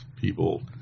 people